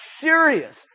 serious